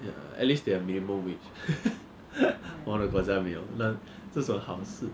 ya at least they have minimum wage 我们的国家没有这种好事